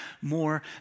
more